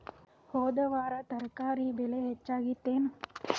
ಹೊದ ವಾರ ತರಕಾರಿ ಬೆಲೆ ಹೆಚ್ಚಾಗಿತ್ತೇನ?